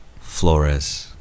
Flores